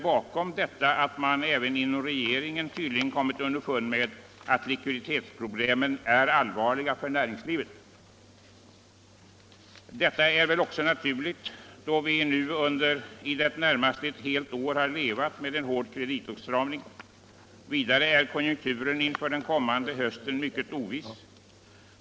Bakom detta ligger att man tydligen även inom regeringen kommit underfund med att likviditetsproblemen är allvarliga för näringslivet. Detta är väl också naturligt, då vi nu i det närmaste ett helt år levat under hård kreditåtstramning. Vidare är konjunkturen inför den kommande hösten mycket oviss.